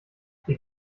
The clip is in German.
hier